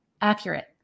accurate